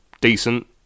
decent